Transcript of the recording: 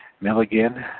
Milligan